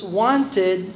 wanted